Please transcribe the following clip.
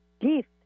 gift